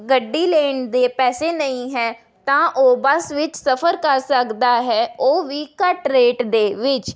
ਗੱਡੀ ਲੈਣ ਦੇ ਪੈਸੇ ਨਹੀਂ ਹੈ ਤਾਂ ਉਹ ਬੱਸ ਵਿੱਚ ਸਫ਼ਰ ਕਰ ਸਕਦਾ ਹੈ ਉਹ ਵੀ ਘੱਟ ਰੇਟ ਦੇ ਵਿੱਚ